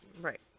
right